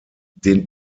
den